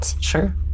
Sure